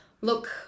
Look